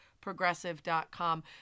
Progressive.com